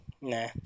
nah